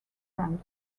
drums